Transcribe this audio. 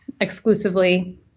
exclusively